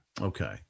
Okay